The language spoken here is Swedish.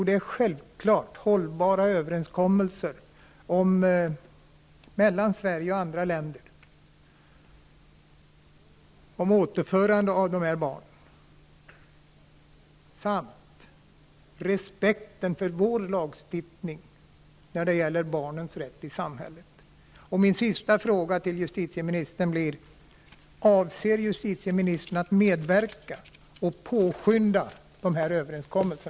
Det är självfallet hållbara överenskommelser mellan Sverige och andra länder om återförande av de här barnen samt respekt för vår lagstiftning när det gäller barnens rätt i samhället. Min sista fråga till justitieministern blir: Avser justitieministern att medverka till och påskynda dessa överenskommelser?